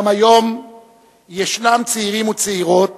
גם היום יש צעירים וצעירות